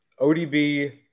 ODB